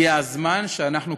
הגיע הזמן כבר שאנחנו,